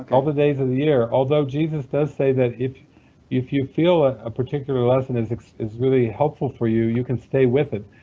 all the days of the year, although jesus does say that if if you feel a ah particular lesson is is really helpful for you, you can stay with it.